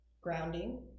Grounding